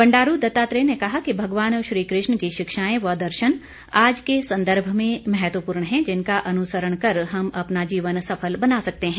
बंडारू दत्तात्रेय ने कहा कि भगवान श्री कृष्ण की शिक्षाएं व दर्शन आज के संदर्भ में महत्वपूर्ण हैं जिनका अनुसरण कर हम अपना जीवन सफल बना सकते हैं